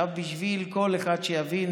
בשביל שכל אחד יבין